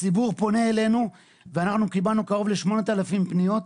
הציבור פונה אלינו, וקיבלנו קרוב ל-8000 פניות.